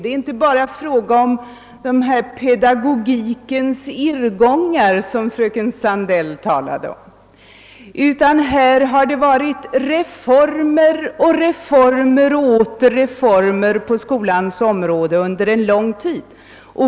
Det är inte bara fråga om de pedagogikens irrgångar som fröken Sandell talade om, utan det har gjorts reformer, reformer och åter reformer på skolans område under en lång tid.